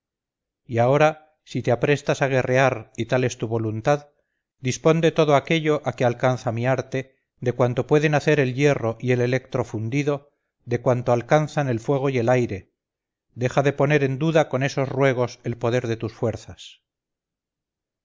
y ahora si te aprestas a guerrear y tal es tu voluntad dispón de todo aquello a que alcanza mi arte de cuanto pueden hacer el hierro y el electro fundido de cuanto alcanzan el fuego y el aire deja de poner en duda con esos ruegos el poder de tus fuerzas